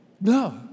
No